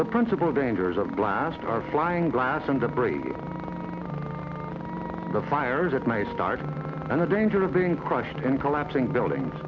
the principal dangers of the blast are flying glass and debris from the fires at my start and the danger of being crushed and collapsing buildings